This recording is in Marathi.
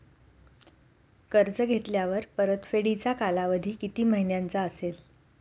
कर्ज घेतल्यावर परतफेडीचा कालावधी किती महिन्यांचा असेल?